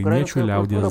graikų liaudies